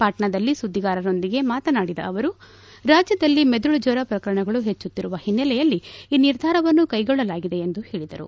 ಪಾಟ್ನಾದಲ್ಲಿ ಸುದ್ದಿಗಾರರೊಂದಿಗೆ ಮಾತನಾಡಿದ ಅವರು ರಾಜ್ಯದಲ್ಲಿ ಮೆದುಳು ಜ್ವರ ಪ್ರಕರಣಗಳು ಹೆಚ್ಚುಕ್ತಿರುವ ಹಿನ್ನೆಲೆಯಲ್ಲಿ ಈ ನಿರ್ಧಾರವನ್ನು ಕೈಗೊಳ್ಳಲಾಗಿದೆ ಎಂದು ಹೇಳಿದರು